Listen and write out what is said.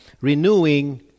renewing